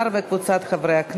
לא עברה.